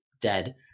dead